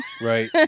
right